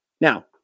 Now